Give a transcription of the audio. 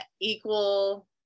equal